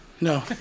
No